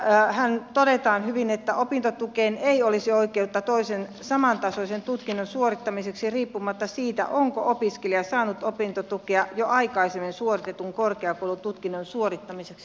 tässähän todetaan hyvin että opintotukeen ei olisi oikeutta toisen samantasoisen tutkinnon suorittamiseksi riippumatta siitä onko opiskelija saanut opintotukea jo aikaisemmin suoritetun korkeakoulututkinnon suorittamiseksi